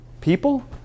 people